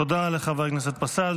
תודה לחבר הכנסת פסל.